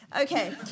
Okay